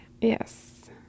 Yes